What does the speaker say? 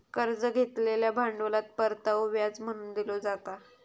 कर्ज घेतलेल्या भांडवलात परतावो व्याज म्हणून दिलो जाता